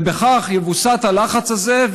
ובכך יווסת הלחץ הזה,